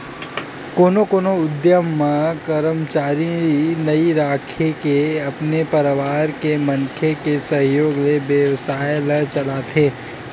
कोनो कोनो उद्यम म करमचारी नइ राखके अपने परवार के मनखे के सहयोग ले बेवसाय ल चलाथे